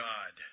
God